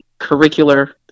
curricular